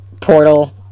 portal